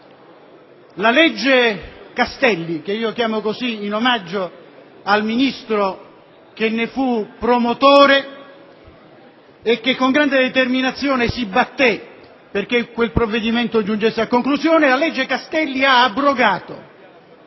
La legge Castelli (la chiamo così in omaggio al Ministro che ne fu promotore e che con grande determinazione si batté perché quel provvedimento giungesse a conclusione) ha abrogato